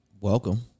welcome